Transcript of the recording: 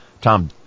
Tom